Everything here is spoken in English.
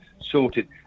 sorted